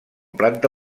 planta